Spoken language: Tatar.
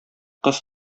кыз